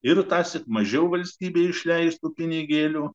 ir tąsyti mažiau valstybė išleistų pinigėlių